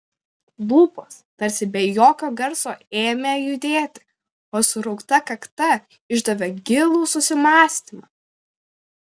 lūpos tarsi be jokio garso ėmė judėti o suraukta kakta išdavė gilų susimąstymą